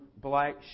Black